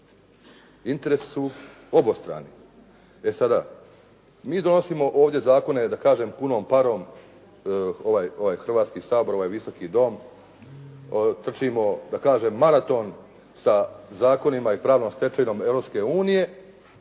Interesi su obostrani. E sada, mi donosimo ovdje zakone, da kažem punom parom, ovaj Hrvatski sabor, ovaj Visoki dom, trčimo, da kažem maraton sa zakonima i pravnom stečevinom